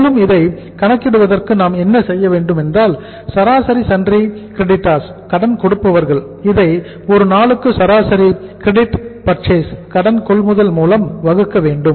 மேலும் இதை கணக்கிடுவதற்கு நாம் என்ன செய்ய வேண்டும் என்றால் சராசரி சன்றி கிரெடிட்டார்ஸ் கடன் கொள்முதல் மூலம் வகுக்க வேண்டும்